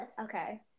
Okay